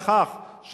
עבדכם הנאמן,